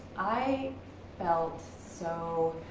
i felt so